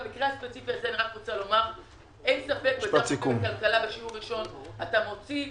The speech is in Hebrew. במקרה הספציפי הזה, אין ספק שאתה מוציא עסקים,